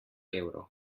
evrov